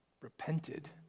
repented